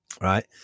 right